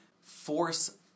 force